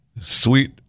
Sweet